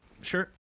Sure